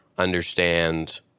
Understand